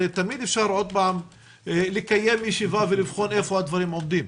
הרי תמיד אפשר עוד פעם לקיים ישיבה ולבחון איפה הדברים עומדים.